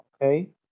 Okay